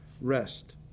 rest